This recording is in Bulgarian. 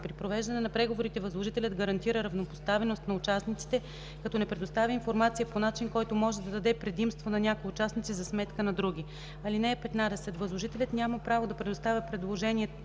При провеждане на преговорите възложителят гарантира равнопоставеност на участниците, като не предоставя информация по начин, който може да даде предимство на някои участници за сметка на други. (15) Възложителят няма право да предоставя предложенията